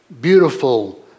beautiful